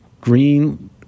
green